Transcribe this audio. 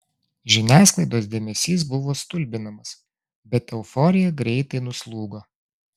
žiniasklaidos dėmesys buvo stulbinamas bet euforija greitai nuslūgo